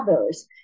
others